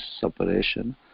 separation